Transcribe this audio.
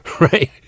right